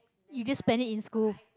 you just spend it in school